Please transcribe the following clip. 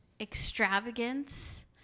extravagance